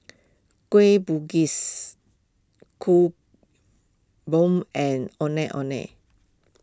Kueh Bugis Kuih Bom and Ondeh Ondeh